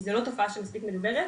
כי זו לא תופעה שמספיק מדוברת.